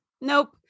Nope